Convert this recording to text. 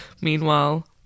Meanwhile